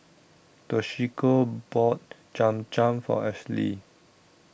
Toshiko bought Cham Cham For Ashely